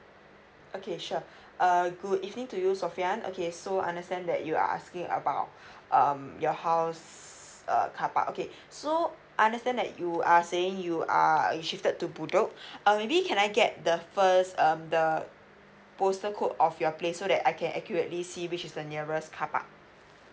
okay sure err good evening to you sophian okay so understand that you asking about um your house uh carpark okay so understand that you are saying you are you shifted to bedek uh maybe can I get the first um the postal code of your place so that I can accurately see which is the nearest carpark